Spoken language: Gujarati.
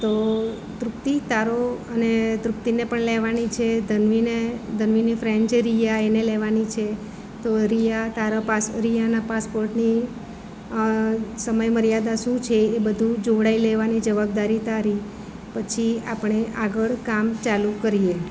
તો તૃપ્તિ તારો અને તૃપ્તિને પણ લેવાની છે ધન્વીને ધન્વીની ફ્રેન્ડ છે રીયા એને લેવાની છે તો રીયા તારા પાસ રિયાના પાસપોર્ટની સમયમર્યાદા શું છે એ બધું જોવડાઈ લેવાની જવાબદારી તારી પછી આપણે આગળ કામ ચાલુ કરીએ